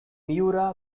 miura